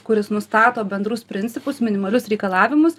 kuris nustato bendrus principus minimalius reikalavimus